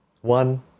one